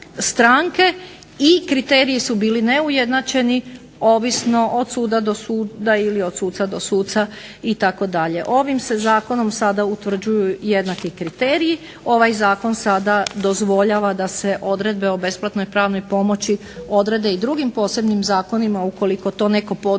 i kriteriji su bili neujednačeni ovisno od suda do suda ili od suca do suca itd. Ovim se zakonom sada utvrđuju jednaki kriteriji, ovaj zakon sada dozvoljava da se odredbe o besplatnoj pravnoj pomoći odredi i drugim posebnim zakonima ukoliko to neko posebno